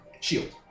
Shield